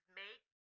make